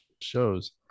shows